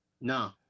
No